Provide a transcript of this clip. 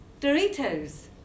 Doritos